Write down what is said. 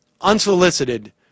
unsolicited